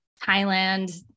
Thailand